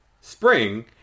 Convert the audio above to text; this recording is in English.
spring